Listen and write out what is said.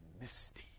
misty